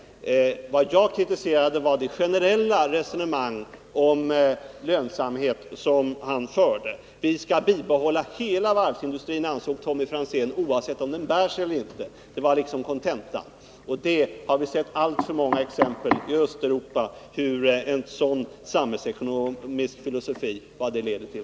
Vad jag kritiserade var det generella resonemang om lönsamhet som han förde. Kontentan i det som Tommy Franzén tidigare hade framhållit var att vi skall behålla hela varvsindustrin, oavsett om den bär sig eller inte. Vi har i Östeuropa sett alltför många exempel på vad en sådan samhällsekonomisk filosofi leder till.